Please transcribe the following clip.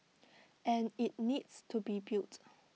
and IT needs to be built